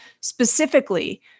specifically